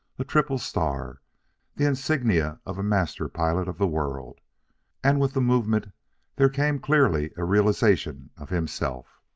a triple star the insignia of a master pilot of the world and with the movement there came clearly a realization of himself.